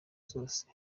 zose